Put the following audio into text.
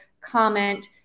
comment